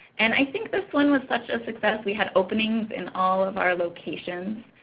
and i think this one was such a success, we had openings in all of our locations,